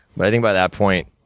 but, i think by that point,